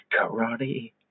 karate